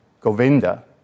Govinda